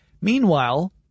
Meanwhile